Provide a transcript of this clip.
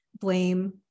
blame